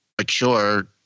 mature